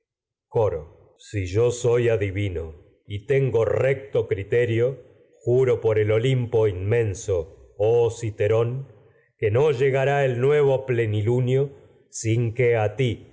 coro si soy adivino y tengo recto criterio juro que no por el olimpo inmenso oh citerón a llegará el y nuevo plenilunio sin nodriza y que ti